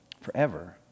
forever